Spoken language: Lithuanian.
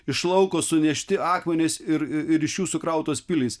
iš lauko sunešti akmenys ir iš jų sukrautos pilys